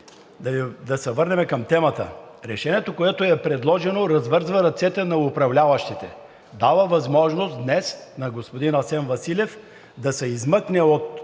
да се върнем към темата. Решението, което е предложено, развързва ръцете на управляващите – дава възможност днес на господин Асен Василев да се измъкне от